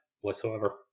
whatsoever